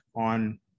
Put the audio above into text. on